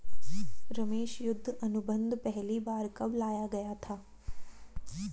रमेश युद्ध अनुबंध पहली बार कब लाया गया था?